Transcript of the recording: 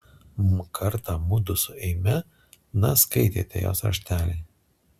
mm kartą mudu su eime na skaitėte jos raštelį